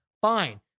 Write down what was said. fine